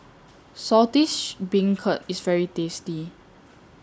Saltish Beancurd IS very tasty